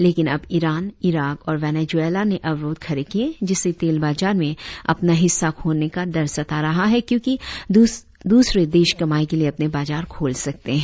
लेकिन अब Iran Iraq और वेनुजुएला ने अवरोध खड़े किए जिससे तेल बाजार में अपना हिस्सा खोने का डर सता रहा है क्योंकि दूसरे देश कमाई के लिए अपने बाजार खोल सकते है